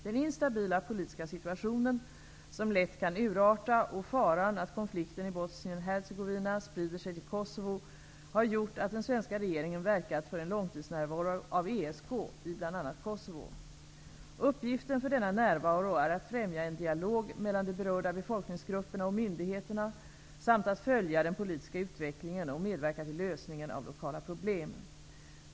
Den instabila politiska situationen, som lätt kan urarta och faran att konflikten i Bosnien Hercegovina sprider sig till Kosovo, har gjort att den svenska regeringen verkat för en långtidsnärvaro av ESK i bl.a. Kosovo. Uppgiften för denna närvaro är att främja en dialog mellan de berörda befolkningsgrupperna och myndigheterna, samt att följa den politiska utvecklingen och medverka till lösningen av lokala problem.